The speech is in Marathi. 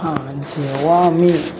हां जेव्हा मी